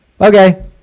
okay